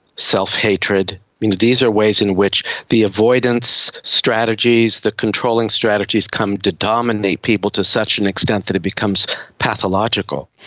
self-hatred. these are ways in which the avoidance, strategies, the controlling strategies come to dominate people to such an extent that it becomes pathological.